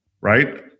right